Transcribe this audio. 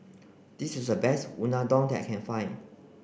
this is a best Unadon that I can find